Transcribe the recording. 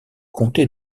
comté